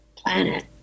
planet